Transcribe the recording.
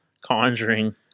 conjuring